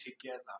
together